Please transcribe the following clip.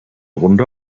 runde